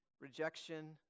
rejection